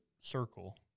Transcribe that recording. circle